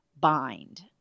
bind